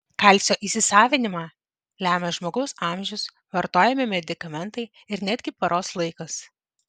kalcio įsisavinimą lemia žmogaus amžius vartojami medikamentai ir netgi paros laikas